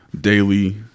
daily